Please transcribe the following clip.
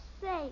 say